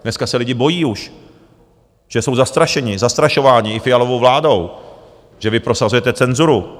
Dneska se lidi bojí už, že jsou zastrašeni, zastrašováni, i Fialovou vládou, vy prosazujete cenzuru.